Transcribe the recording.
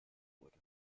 wurde